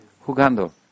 Jugando